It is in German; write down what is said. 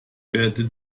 werden